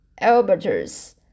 Albertus